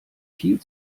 viel